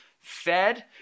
fed